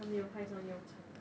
他没有派上用场